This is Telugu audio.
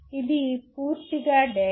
ఇది పూర్తిగా డేటా